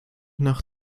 nach